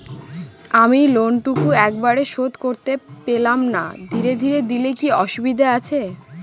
আমি লোনটুকু একবারে শোধ করতে পেলাম না ধীরে ধীরে দিলে কি অসুবিধে আছে?